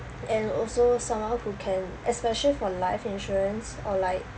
and also someone who can especially for life insurance or like